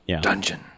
Dungeon